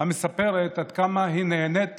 המספרת עד כמה היא נהנית